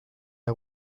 der